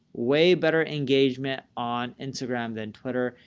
way better engagement on instagram than twitter.